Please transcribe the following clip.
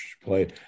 play